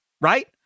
right